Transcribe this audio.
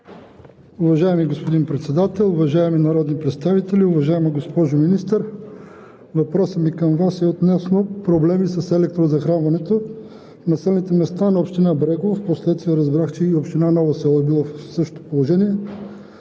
Уважаеми господин Председател, уважаеми народни представители! Уважаема госпожо Министър, въпросът ми към Вас е относно проблеми с електрозахранването в населените места на община Брегово. Впоследствие разбрах, че и община Ново село е била в същото положение.